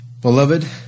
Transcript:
Beloved